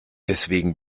deswegen